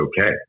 okay